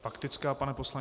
Faktická, pane poslanče?